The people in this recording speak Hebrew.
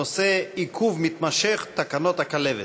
הנושא: עיכוב מתמשך, תקנות הכלבת.